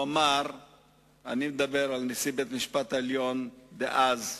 ואני מדבר על נשיא בית-המשפט העליון דאז,